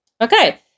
Okay